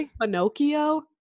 Pinocchio